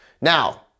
now